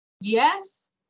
yes